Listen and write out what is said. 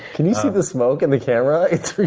can you see the smoke in the camera? it's